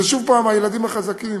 ושוב הילדים החזקים